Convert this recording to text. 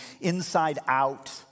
inside-out